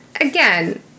again